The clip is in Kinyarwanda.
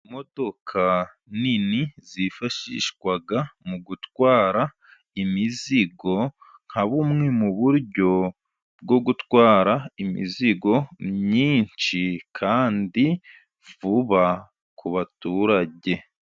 Imodoka nini zifashishwa mu gutwara imizigo, nka bumwe mu buryo bwo gutwara imizigo myinshi kandi vuba ku baturage.